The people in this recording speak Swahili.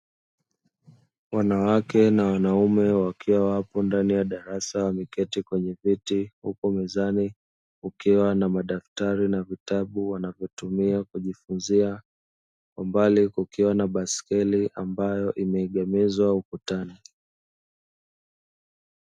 Wanawake na wanaume wakiwa wapo ndani ya darasa wameketi kwenye viti huku mezani ukiwa na madaktari na vitabu, wanavyotumia kujifunza kwa mbali kukiwa na baiskeli ambayo imeegemezwa ukutani.